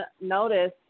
notice